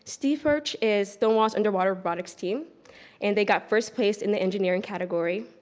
sea perch is stonewall's underwater robotics team and they got first place in the engineering category,